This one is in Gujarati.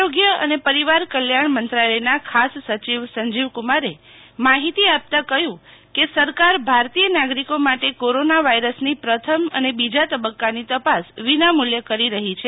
આરોગ્ય અને પરીવાર કલ્યાણ મંત્રાલયના ખાસ સચિવ સંજીવકુમારે માહિતી આપતા કહ્યું કે સરકાર ભારતીય નાગરીકો માટે કોરોના વાયરસની પ્રથમ અને બીજા તબક્કાની તપાસ વિના મુલ્યે કરી રહી છે